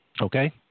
Okay